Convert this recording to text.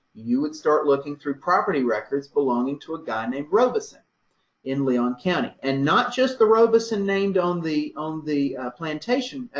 you would start looking through property records belonging to a guy named robison in leon county. and not just the robison named on the, on the plantation.